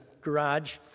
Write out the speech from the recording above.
garage